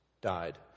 died